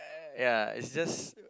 ya is just